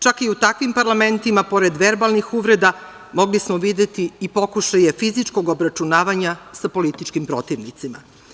Čak i u takvim parlamentima, pored verbalnih uvreda, mogli smo videti i pokušaje fizičkog obračunavanja sa političkim protivnicima.